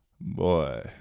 Boy